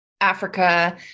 Africa